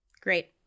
Great